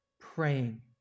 praying